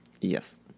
Yes